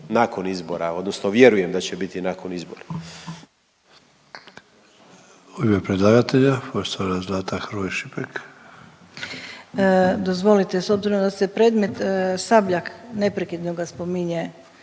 nakon izbora, odnosno vjerujem da će biti nakon izbora.